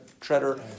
Treader